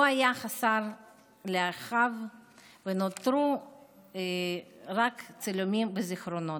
הוא היה חסר לאחיו ונותרו רק צילומים וזיכרונות.